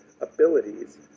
abilities